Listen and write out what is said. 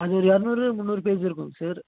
அது ஒரு இரநூறு முந்நூறு பேஜ் இருக்குங்க சார்